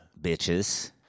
Bitches